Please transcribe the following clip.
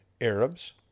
Arabs